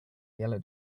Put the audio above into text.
yellow